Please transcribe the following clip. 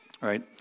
right